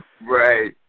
Right